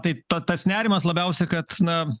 tai ta tas nerimas labiausiai kad na